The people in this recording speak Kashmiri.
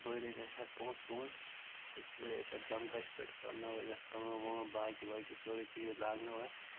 بٔرۍ حظ اَسہِ اَتھ پونٛسہٕ وونٛسہٕ تہٕ گٔے أسۍ اَتھ جَمکَشس پٮ۪ٹھ کٔرنٲو حظ یَتھ کٲم وٲم باقی واقی سورُے چیٖز لاگنوو اَتھ